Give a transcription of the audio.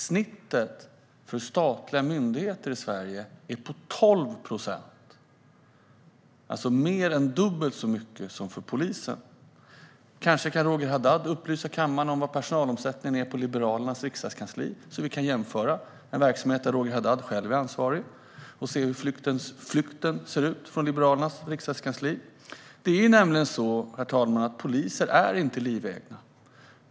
Snittet för statliga myndigheter i Sverige är 12 procent, alltså mer än dubbelt så högt som för polisen. Kanske kan Roger Haddad upplysa kammaren om vad personalomsättningen är på Liberalernas riksdagskansli, så att vi kan jämföra. Det är en verksamhet som Roger Haddad själv ansvarar för. Då får vi se hur flykten ser ut från Liberalernas riksdagskansli. Det är nämligen så, herr talman, att poliser inte är livegna.